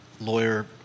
lawyer